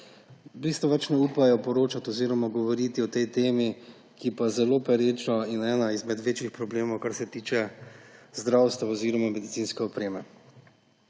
v bistvu več ne upajo poročati oziroma govoriti o tej temi, ki pa je zelo pereča in eden izmed večjih problemov, kar se tiče zdravstva oziroma medicinske opreme.